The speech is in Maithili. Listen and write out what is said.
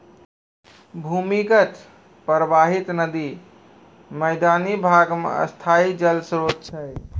भूमीगत परबाहित नदी मैदानी भाग म स्थाई जल स्रोत छै